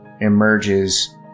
emerges